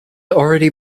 already